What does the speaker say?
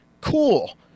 cool